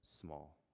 small